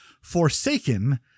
Forsaken